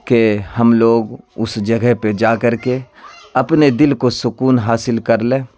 کہ ہم لوگ اس جگہ پہ جا کر کے اپنے دل کو سکون حاصل کر لیں